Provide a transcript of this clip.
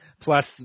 Plus